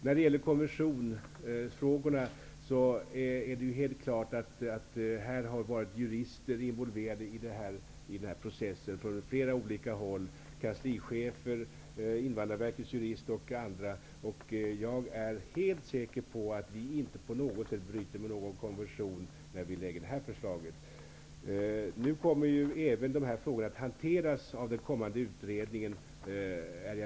När det gäller konventionsfrågorna är det helt klart att jurister från flera olika håll -- kanslichefer, Invandrarverkets jurist osv. -- varit involverade i processen. Jag är helt säker på att vi inte på något sätt bryter mot någon konvention i och med det här förslaget. Jag är rätt säker på att även dessa frågor kommer att hanteras av den kommande utredningen.